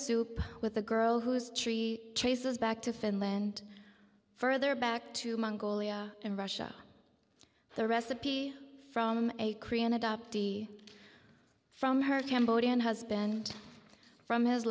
soup with a girl whose tree traces back to finland further back to mongolia and russia the recipe from a korean adoptee from her cambodian husband from